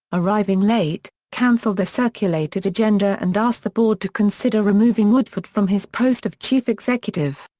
arriving late, cancelled the circulated agenda and asked the board to consider removing woodford from his post of chief executive.